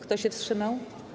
Kto się wstrzymał?